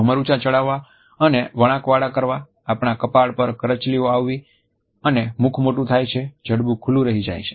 ભમર ઉચા ચડાવવા અને વળાંકવાળા કરવા આપણા કપાળ પર કરચલીઓ આવવી અને મુખ મોટું થાય છે જડબું ખુલ્લું રહી જાય છે